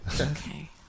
Okay